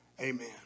Amen